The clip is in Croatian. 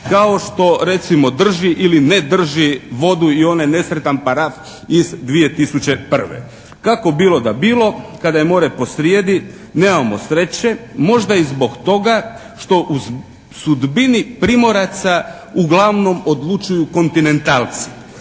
kao što recimo drži ili ne drži vodu i onaj nesretan paraf iz 2001. Kako bilo da bilo kada je more posrijedi nemamo sreće možda i zbog toga što o sudbini Primoraca uglavnom odlučuju kontinentalci.